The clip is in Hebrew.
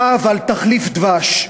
צו על תחליף דבש,